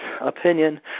opinion